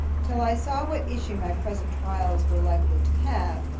till i saw what issue my present trials were likely to have,